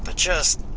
but just,